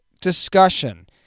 discussion